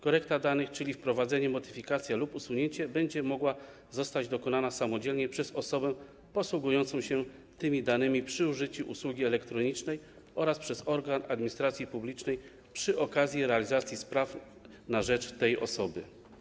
Korekta danych, czyli ich wprowadzenie, modyfikacja lub usunięcie, będzie mogła zostać dokonana samodzielnie przez osobę posługującą się tymi danymi przy użyciu usługi elektronicznej oraz przez organ administracji publicznej przy okazji realizacji spraw na rzecz tej osoby.